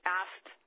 asked –